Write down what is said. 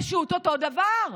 פשוט אותו דבר.